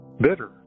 bitter